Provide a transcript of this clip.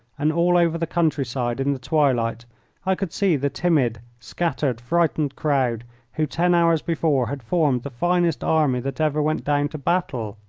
and all over the countryside in the twilight i could see the timid, scattered, frightened crowd who ten hours before had formed the finest army that ever went down to battle.